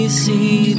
see